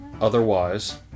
Otherwise